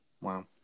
wow